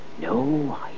No